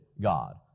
God